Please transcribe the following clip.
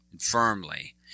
Firmly